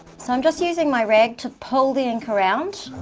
so i'm just using my rag to pull the ink around